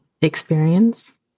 experience